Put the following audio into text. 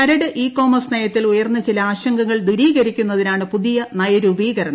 കരട് e-commerce നയത്തിൽ ഉയർന്ന ചില ആശങ്കകൾ ദൂരീകരിക്കുന്നതിനാണ് പുതിയ നയരൂപീകരണം